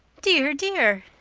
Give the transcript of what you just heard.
dear, dear,